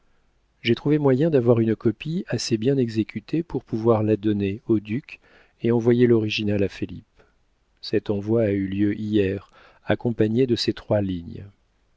j'ai trouvé moyen d'avoir une copie assez bien exécutée pour pouvoir la donner au duc et envoyer l'original à felipe cet envoi a eu lieu hier accompagné de ces trois lignes